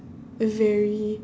very